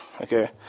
Okay